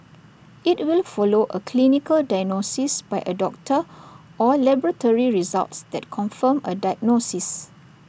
IT will follow A clinical diagnosis by A doctor or laboratory results that confirm A diagnosis